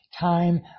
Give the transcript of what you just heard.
time